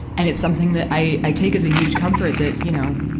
and it's something that i, i take as a huge comfort that, you know,